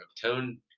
Tone